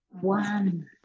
One